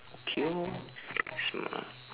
okay orh smart ah